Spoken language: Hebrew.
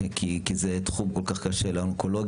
כי זה תחום כל כך קשה לאונקולוגיה,